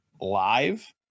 live